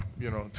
you know,